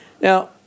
Now